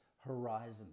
horizon